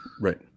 Right